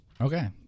Okay